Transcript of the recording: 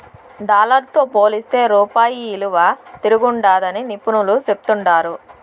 dollar తో పోలిస్తే రూపాయి ఇలువ తిరంగుండాదని నిపునులు చెప్తాండారు